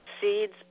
seeds